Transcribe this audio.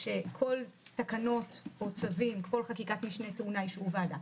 שכל חקיקת משנה כמו תקנות או צווים טעונה אישור ועדה.